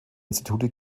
institute